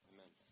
Amen